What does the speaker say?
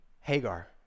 Hagar